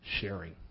sharing